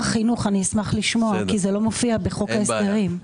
כי זה לא מופיע בחוק ההסדרים.